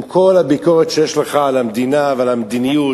עם כל הביקורת שיש לך על המדינה ועל המדיניות.